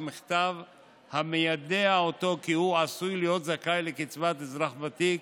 מכתב המיידע אותו כי הוא עשוי להיות זכאי לקצבת אזרח ותיק,